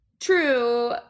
true